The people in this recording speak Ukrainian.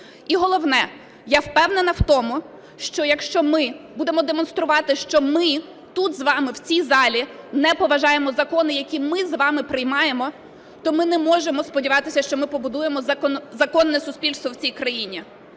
І, головне, я впевнена в тому, що якщо ми будемо демонструвати, що ми тут з вами, в цій залі не поважаємо закони, які ми з вами приймаємо, то ми не можемо сподіватися, що ми побудуємо законне суспільство в цій країні.